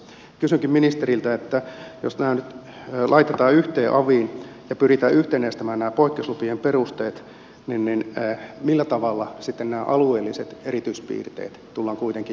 kysynkin ministeriltä että jos nämä nyt laitetaan yhteen aviin ja pyritään yhtenäistämään nämä poikkeuslupien perusteet niin millä tavalla sitten nämä alueelliset erityispiirteet tullaan kuitenkin jatkossa ottamaan huomioon